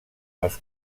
als